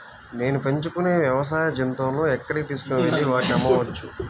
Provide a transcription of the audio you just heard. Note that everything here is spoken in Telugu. నేను పెంచుకొనే వ్యవసాయ జంతువులను ఎక్కడికి తీసుకొనివెళ్ళి వాటిని అమ్మవచ్చు?